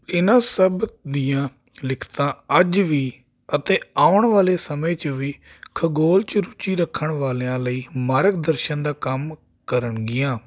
ਇਹਨਾਂ ਸਭ ਦੀਆਂ ਲਿਖਤਾਂ ਅੱਜ ਵੀ ਅਤੇ ਆਉਣ ਵਾਲੇ ਸਮੇਂ 'ਚ ਵੀ ਖਗੋਲ 'ਚ ਰੁਚੀ ਰੱਖਣ ਵਾਲਿਆਂ ਲਈ ਮਾਰਗਦਰਸ਼ਨ ਦਾ ਕੰਮ ਕਰਨਗੀਆਂ